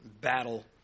battle